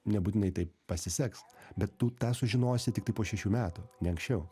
nebūtinai taip pasiseks bet tu tą sužinosi tiktai po šešių metų ne anksčiau